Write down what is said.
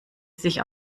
sich